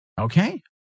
Okay